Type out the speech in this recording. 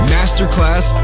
Masterclass